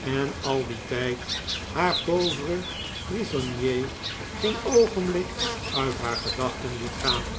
en al dien tijd haar pauvre prisonnier geen oogenblik uit haar gedachten liet gaan